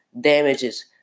damages